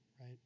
Right